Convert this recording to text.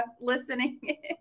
listening